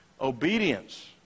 Obedience